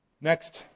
Next